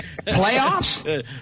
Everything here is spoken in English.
Playoffs